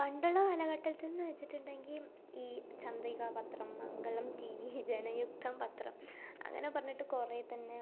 പണ്ടുള്ള കാലഘട്ടത്തിൽ എന്നു വച്ചിട്ടുണ്ടെങ്കിൽ ഈ ചന്ദ്രിക പത്രം മംഗളം ടി വി ജനയുക്തം പത്രം അങ്ങനെ പറഞ്ഞിട്ട് കുറേതന്നെ